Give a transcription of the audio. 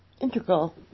integral